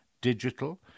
digital